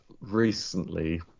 recently